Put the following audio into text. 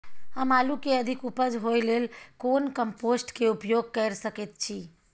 हम आलू के अधिक उपज होय लेल कोन कम्पोस्ट के उपयोग कैर सकेत छी?